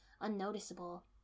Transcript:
unnoticeable